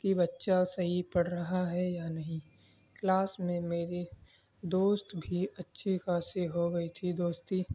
کہ بچہ صحیح پڑھ رہا ہے یا نہیں کلاس میں میرے دوست بھی اچھی خاصی ہو گئی تھی دوستی